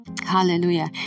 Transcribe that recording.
Hallelujah